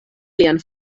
lian